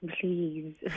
Please